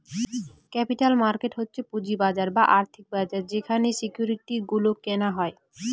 capital market হচ্ছে পুঁজির বাজার বা আর্থিক বাজার যেখানে সিকিউরিটি গুলো কেনা হয়